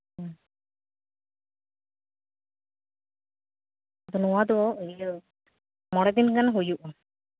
ᱟᱫᱚ ᱱᱚᱣᱟ ᱫᱚ ᱤᱭᱟᱹ ᱢᱚᱬᱮ ᱫᱤᱱ ᱜᱟᱱ ᱦᱩᱭᱩᱜᱼᱟ